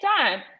time